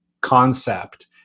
concept